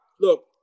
look